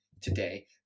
today